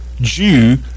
Jew